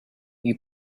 you